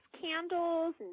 candles